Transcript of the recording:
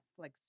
Netflix